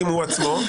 עצמו,